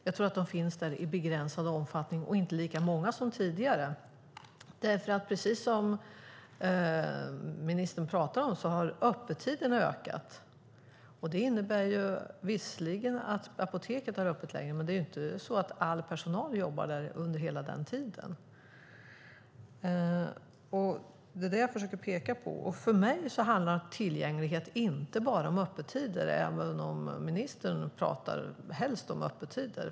Jag tror att de finns där i begränsad omfattning och att det inte är lika många som tidigare. Precis som ministern säger har öppettiderna ökat. Det innebär visserligen att apoteken har öppet längre. Men det är ju inte så att all personal jobbar där under hela den tiden. Det var det jag försökte peka på. För mig handlar tillgänglighet inte bara om öppettider, fast ministern helst pratar om öppettider.